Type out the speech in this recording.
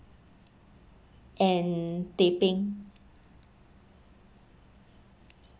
and teh bing